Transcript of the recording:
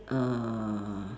err